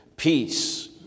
Peace